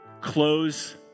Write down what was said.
close